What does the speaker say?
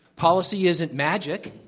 policy isn't magic.